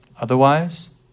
Otherwise